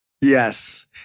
Yes